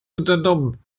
unternommen